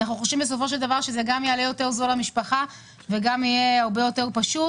בסופו של דבר זה יהיה זול יותר למשפחה וגם יהיה פשוט יותר.